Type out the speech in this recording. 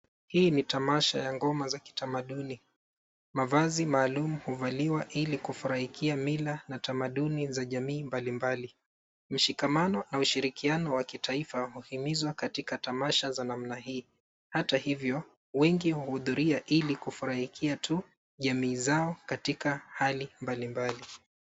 Hii ni tamasha ya ngoma za kitamaduni . Mavazi maalum huvaliwa ili kufurahia mila na tamaduni za jamii mbalimbali. Mshikamano na ushirikiano wa kitaifa huhimizwa katika tamasha za namna hii. Hata hivyo, wengi huhudhuria ili kufurahia tu jamii zao katika hali mbalimbali.